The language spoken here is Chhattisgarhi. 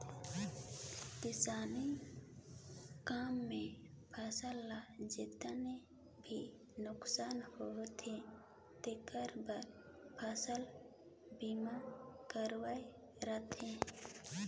किसानी काम मे फसल ल जेतना भी नुकसानी होथे तेखर बर फसल बीमा करवाये रथें